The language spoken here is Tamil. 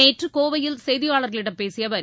நேற்று கோவையில் செய்தியாளர்களிடம் பேசிய அவர்